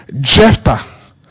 Jephthah